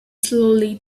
slowly